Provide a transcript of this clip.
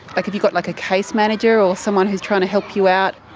like have you got like a case manager, or someone who's trying to help you out?